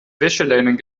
wäscheleinen